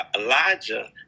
Elijah